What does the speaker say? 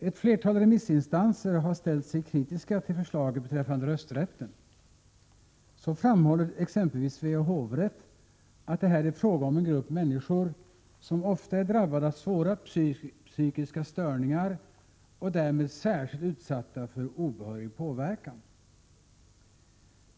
Ett flertal remissinstanser har ställt sig kritiska till förslaget beträffande rösträtten. Så framhåller exempelvis Svea hovrätt att det här är fråga om en grupp människor som ofta är drabbade av svåra psykiska störningar och därmed särskilt utsatta för obehörig påverkan.